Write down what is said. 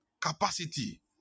Capacity